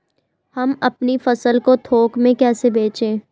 हम अपनी फसल को थोक में कैसे बेचें?